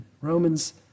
Romans